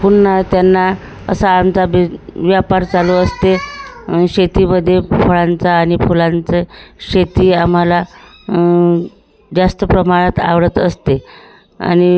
पुन्हा त्यांना असा आमचा बिज व्यापार चालू असतो आणि शेतीमध्ये फळांचा आणि फुलांचं शेती आम्हाला जास्त प्रमाणात आवडत असते आणि